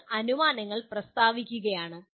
നിങ്ങൾ അനുമാനങ്ങൾ പ്രസ്താവിക്കുകയാണ്